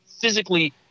physically